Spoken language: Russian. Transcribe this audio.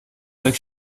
так